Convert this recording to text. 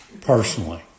personally